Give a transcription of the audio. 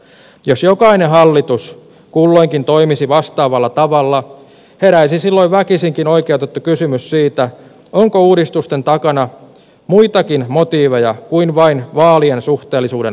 jos jokainen hallitus kulloinkin toimisi vastaavalla tavalla heräisi silloin väkisinkin oikeutettu kysymys siitä onko uudistusten takana muitakin motiiveja kuin vain vaalien suhteellisuuden lisääminen